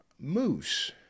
moose